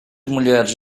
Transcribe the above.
mulheres